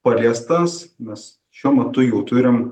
paliestas nes šiuo metu jau turim